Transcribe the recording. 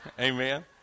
Amen